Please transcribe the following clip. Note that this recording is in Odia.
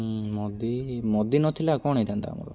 ହୁଁ ମୋଦୀ ମୋଦୀ ନଥିଲେ ଆଉ କ'ଣ ହେଇଥାନ୍ତା ଆମର